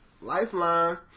Lifeline